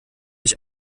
ich